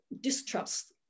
distrust